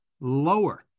lower